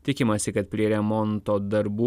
tikimasi kad prie remonto darbų